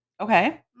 Okay